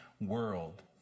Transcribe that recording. world